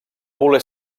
voler